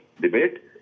debate